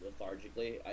lethargically